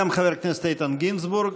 גם חבר הכנסת איתן גינזבורג,